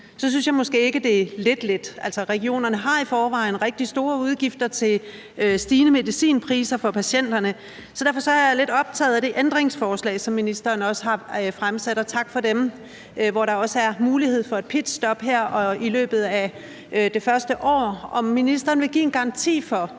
synes jeg måske ikke, at det er lidt lidt. Regionerne har i forvejen rigtig store udgifter til stigende medicinpriser for patienter. Derfor er jeg lidt optaget af det ændringsforslag, som ministeren også har stillet – og tak for det – hvor der også er mulighed for et pitstop her og i løbet af det første år. Hvis det her betyder store